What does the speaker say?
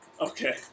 Okay